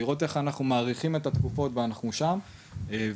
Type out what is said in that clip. לראות איך אנחנו מאריכים את התקופות ואנחנו שם וכמובן,